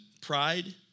pride